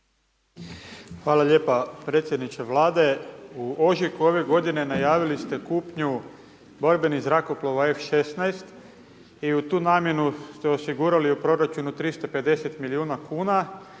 Hvala lijepo predsjedniče Vlade, u ožujku ove g. najavili ste kupnju borbenih zrakoplova F16 i u tu namjenu ste osigurali u proračunu 350 milijuna kn.